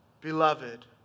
Beloved